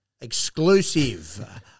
exclusive